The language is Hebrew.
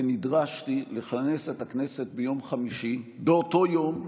ונדרשתי לכנס את הכנסת ביום חמישי, באותו יום,